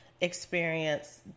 experience